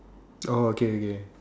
oh okay okay